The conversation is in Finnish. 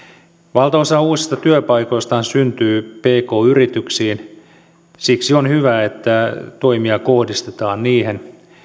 valtaosa uusista työpaikoistahan syntyy pk yrityksiin siksi on hyvä että toimia kohdistetaan niihin